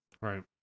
Right